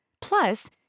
Plus